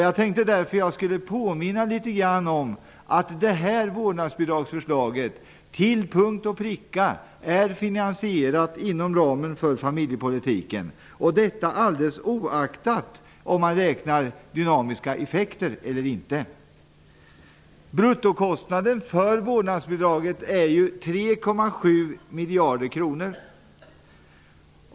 Jag tänkte därför att jag skulle påminna om att detta vårdnadsbidragsförslag till punkt och pricka är finansierat inom ramen för familjepolitiken -- detta alldeles oaktat om man räknar dynamiska effekter eller inte. Bruttokostnaden för vårdnadsbidraget är ju 3,7 miljarder kronor.